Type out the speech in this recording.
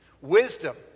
Wisdom